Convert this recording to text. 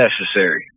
necessary